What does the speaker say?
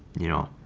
you know,